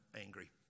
angry